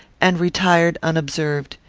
and retired unobserved.